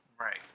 right